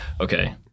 Okay